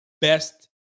best